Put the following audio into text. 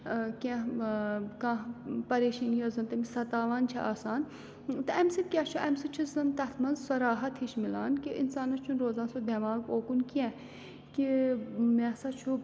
کیٚنٛہہ کانٛہہ پریشٲنی یۄس زَن تٔمِس سَتاوان چھِ آسان تہٕ امہِ سۭتۍ کیاہ چھُ امہِ سۭتۍ چھُ زَن تَتھ منٛز سۄ راحت ہِش مِلان کہِ اِنسانَس چھُ نہٕ روزان سُہ دٮ۪ماغ اوکُن کینٛہہ کہِ مےٚ ہَسا چھُ